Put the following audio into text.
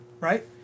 right